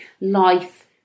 Life